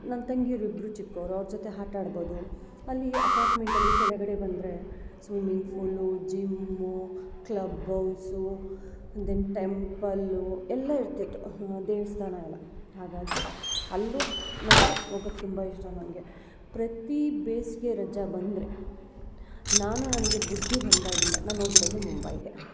ನನ್ನ ತಂಗೀರು ಇಬ್ಬರು ಚಿಕ್ಕೋರು ಅವ್ರ ಜೊತೆ ಆಟ ಆಡ್ಬೋದು ಅಲ್ಲಿ ಅಪಾರ್ಟ್ಮೆಂಟಲ್ಲಿ ಕೆಳಗಡೆ ಬಂದ್ರೆ swimming pool gym club house then temple ಎಲ್ಲ ಇರ್ತಿತ್ತು ದೇವಸ್ಥಾನ ಎಲ್ಲ ಹಾಗಾಗಿ ಅಲ್ಲೂ ನಮಗೆ ಹೋಗೋಕ್ ತುಂಬ ಇಷ್ಟ ನನಗೆ ಪ್ರತಿ ಬೇಸಿಗೆ ರಜೆ ಬಂದರೆ ನಾನು ನನಗೆ ಬುದ್ಧಿ ಬಂದಾಗ್ಲಿಂದ ನಾನು ಹೋಗಿರೋದೆ ಮುಂಬೈಗೆ